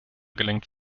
gelenkt